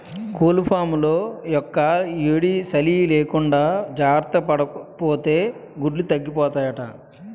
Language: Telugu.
కోళ్లఫాంలో యెక్కుయేడీ, సలీ లేకుండా జార్తపడాపోతే గుడ్లు తగ్గిపోతాయట